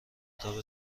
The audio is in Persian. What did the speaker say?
کتاب